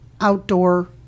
outdoor